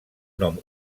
nom